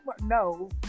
No